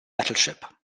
battleship